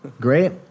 great